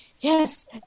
Yes